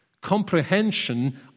Comprehension